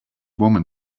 woman